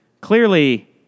Clearly